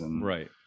Right